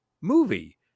movie